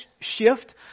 shift